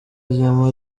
yama